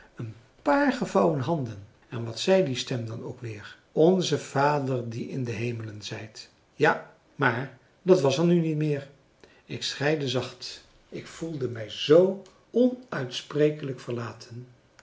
een paar gevouwen handen en wat zei die stem dan ook weer onze vader die in de hemelen zijt ja maar dat was er nu niet meer ik schreide zacht ik voelde mij zoo onuitsprekelijk verlaten